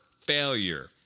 failure